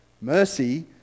Mercy